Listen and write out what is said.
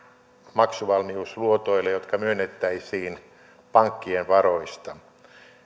maksuvalmiusluotoille jotka myönnettäisiin pankkien varoista